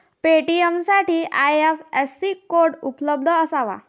पेमेंटसाठी IFSC code उपलब्ध असावा